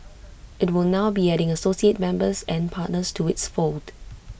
IT will now be adding associate members and partners to its fold